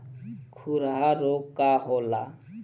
खुरहा रोग का होला?